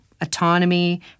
autonomy